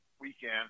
weekend